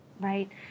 right